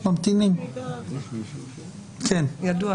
9.תיקון